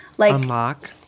Unlock